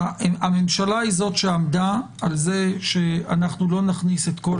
הממשלה היא זו שעמדה על זה שלא נכניס את כל